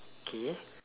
okay